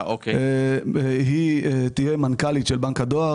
היא תהיה מנכ"לית של בנק הדואר.